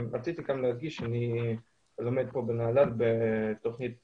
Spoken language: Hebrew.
רציתי להדגיש שאני לומד בנהלל בתוכנית